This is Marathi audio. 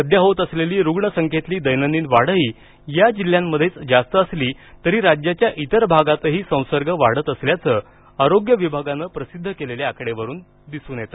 सध्या होत असलेली रुग्ण संख्येतली दैनंदिन वाढही या जिल्ह्यांमध्येच जास्त असली तरी राज्याच्या अतर भागातही संसर्ग वाढत असल्याचं आरोग्य विभागानं प्रसिद्ध केलेल्या आकडेवारीवरून दिसून येतं